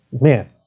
man